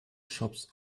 shops